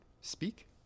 speak